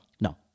No